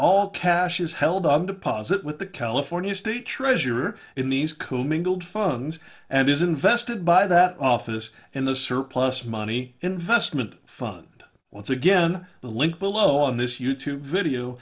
all cash is held on deposit with the california state treasurer in these commingled phones and is invested by that office and the surplus money investment fund once again the link below on this youtube video